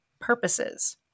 purposes